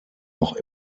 noch